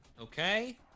Okay